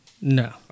no